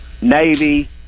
Navy